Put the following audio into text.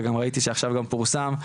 וגם ראיתי שעכשיו גם פורסם,